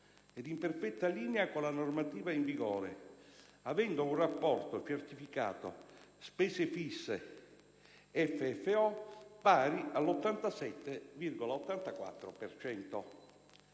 ed in perfetta linea con la normativa in vigore, avendo un rapporto certificato spese fisse-FFO pari all'87,84